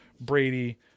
Brady